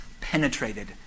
penetrated